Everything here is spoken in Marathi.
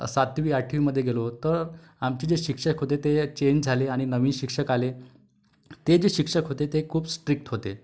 सातवी आठवीमध्ये गेलो तर आमचे जे शिक्षक होते ते चेंज झाले आणि नवीन शिक्षक आले ते जे शिक्षक होते ते खूप स्ट्रिक्ट होते